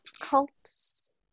cults